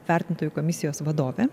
vertintojų komisijos vadovė